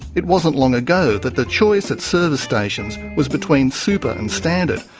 it wasn't long ago that the choice at service stations was between super and standard,